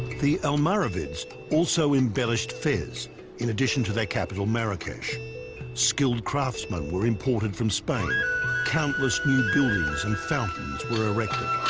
the almoravids also embellished fez in addition to their capital marrakech skilled craftsmen were imported from spain countless new buildings and fountains were erected